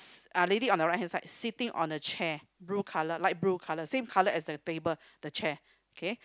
ah lady on the right hand side sitting on the chair blue colour light blue colour same colour as the table the chair okay